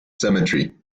cemetery